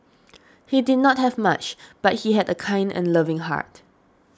he did not have much but he had a kind and loving heart